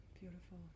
Beautiful